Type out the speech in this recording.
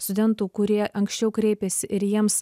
studentų kurie anksčiau kreipėsi ir jiems